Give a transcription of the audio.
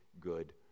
good